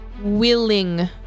willing